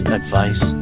advice